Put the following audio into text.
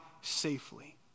safely